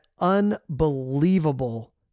unbelievable